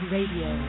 Radio